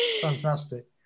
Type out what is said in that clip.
fantastic